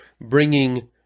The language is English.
bringing